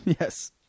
Yes